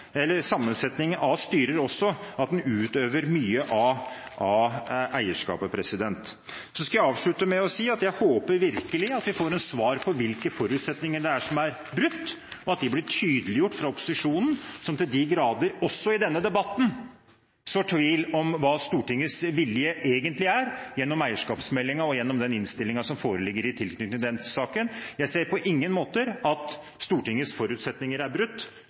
eller sammensetning av styrer at en utøver mye av eierskapet. Jeg skal avslutte med å si at jeg virkelig håper vi får et svar på hvilke forutsetninger som er brutt, og at de blir tydeliggjort fra opposisjonen, som til de grader, også i denne debatten, sår tvil om hva Stortingets vilje egentlig er gjennom behandling av eierskapsmeldingen og gjennom den innstillingen som foreligger i tilknytning til denne saken. Jeg ser på ingen måter at Stortingets forutsetninger er brutt.